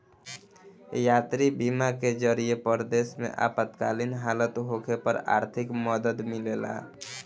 यात्री बीमा के जरिए परदेश में आपातकालीन हालत होखे पर आर्थिक मदद मिलेला